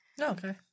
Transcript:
Okay